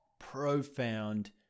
Profound